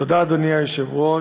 תודה, אדוני היושב-ראש.